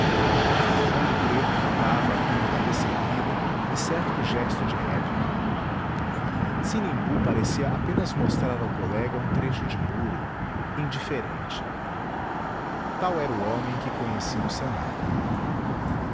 ouro preto fitava-a com a cabeça erguida e certo gesto de repto sinimbu parecia apenas mostrar ao colega um trecho de muro indiferente tal era o homem que conheci no senado